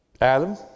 Adam